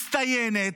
מצטיינת,